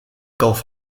gulf